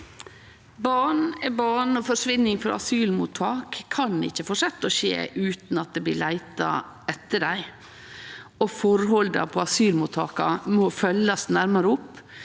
Barn er barn, og forsvinning frå asylmottak kan ikkje fortsetje å skje utan at det blir leita etter dei. Forholda på asylmottaka må følgjast nærare opp.